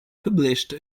published